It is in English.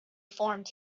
formed